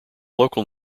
local